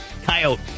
coyote